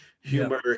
humor